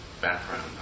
background